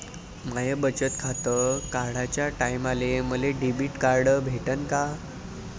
माय बचत खातं काढाच्या टायमाले मले डेबिट कार्ड भेटन का?